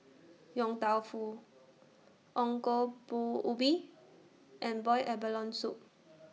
Yong Tau Foo Ongol Ubi and boiled abalone Soup